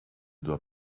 doit